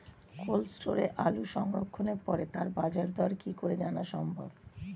Cold স্টোরে আলু সংরক্ষণের পরে তার বাজারদর কি করে জানা সম্ভব?